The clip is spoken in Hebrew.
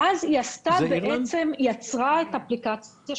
ואז בעצם היא הכניסה את המערכת החדשה של